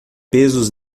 pesos